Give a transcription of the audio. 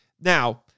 now